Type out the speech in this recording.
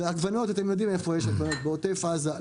ואתם יודעים איפה יש עגבניות, בעוטף עזה.